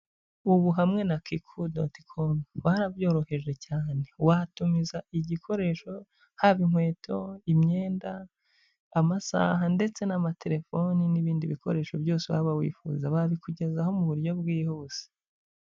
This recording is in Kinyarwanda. Ubu hamwe na Kiku doti komu barabyoroheje cyane, wahatumiza igikoresho haba inkweto, imyenda, amasaha ndetse n'amatelefone n'ibindi bikoresho byose waba wifuza. Babikugezaho mu buryo bwihuse.